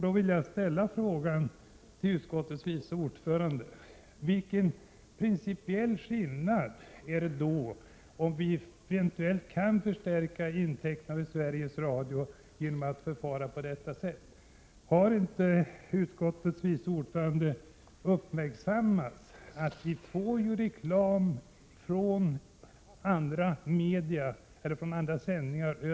Då vill jag fråga utskottets vice ordförande: Vilken principiell skillnad innebär det om vi eventuellt kan förstärka intäkterna för Sveriges Radio genom att förfara på detta sätt? Har inte utskottets vice ordförande uppmärksammats på att vi får över oss reklam genom andra sändningar?